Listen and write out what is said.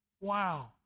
Wow